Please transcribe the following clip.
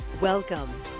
Welcome